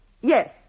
Yes